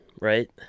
right